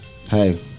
Hey